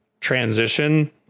transition